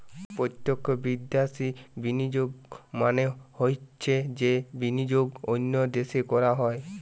প্রত্যক্ষ বিদ্যাশি বিনিয়োগ মানে হৈছে যেই বিনিয়োগ অন্য দেশে করা হয়